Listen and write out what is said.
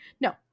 No